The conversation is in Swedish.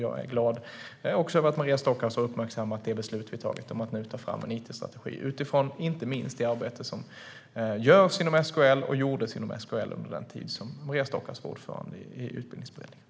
Jag är också glad över att Maria Stockhaus har uppmärksammat det beslut vi har fattat om att nu ta fram en it-strategi. Det gör vi inte minst utifrån det arbete som görs inom SKL och gjordes inom SKL under den tid som Maria Stockhaus var ordförande i utbildningsberedningen.